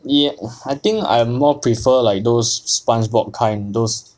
yup I think I more prefer like those spongebob kind those